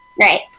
right